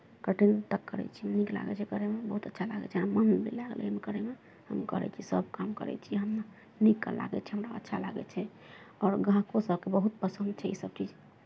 cutting तक करै छियै नीक लागै छै करयमे बहुत अच्छा लागै छै आ मन भी लागै छै एहिमे करयमे हम करयके सभ काम करै छियै हमरा नीक लागै छै हमरा अच्छा लागै छै आओर ग्राहको सभकेँ बहुत पसन्द छै इसभ चीज